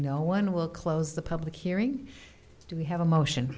no one will close the public hearing do we have a motion